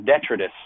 detritus